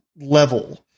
level